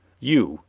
you!